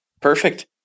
Perfect